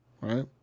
Right